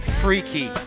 freaky